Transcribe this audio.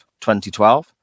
2012